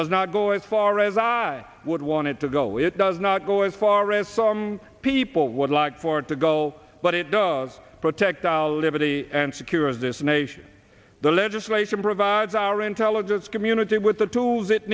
does not go as far as i would want it to go it does not go as far as some people would like for it to go but it does protect our liberty and secure as this nation the legislation provides our intelligence community with the tools